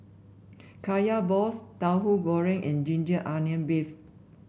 Kaya Balls Tauhu Goreng and ginger onion beef